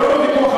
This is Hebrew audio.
זה לא ויכוח על